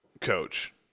coach